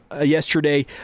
yesterday